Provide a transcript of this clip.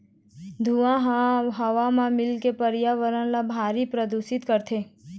धुंआ ह हवा म मिलके परयाबरन ल भारी परदूसित करथे